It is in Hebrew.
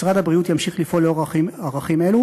משרד הבריאות ימשיך לפעול לאור ערכים אלו